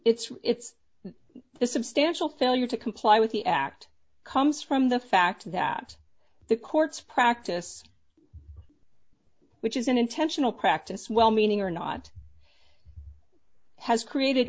it's it's a substantial failure to comply with the act comes from the fact that the courts practice which is an intentional practice well meaning or not has created